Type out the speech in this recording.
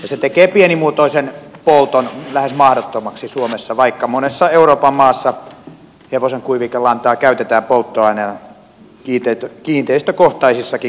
se tekee pienimuotoisen polton lähes mahdottomaksi suomessa vaikka monessa euroopan maassa hevosen kuivikelantaa käytetään polttoaineena kiinteistökohtaisissakin kattiloissa